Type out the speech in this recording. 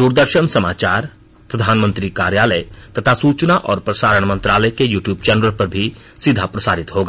द्रदर्शन समाचार प्रधानमंत्री कार्यालय तथा सूचना और प्रसारण मंत्रालय के युट्यब चैनलों पर भी सीधा प्रसारित होगा